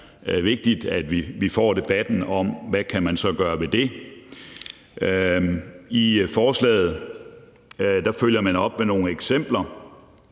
det er vigtigt, at vi får debatten om, hvad man så kan gøre ved det. I forslaget følger man op med nogle eksempler,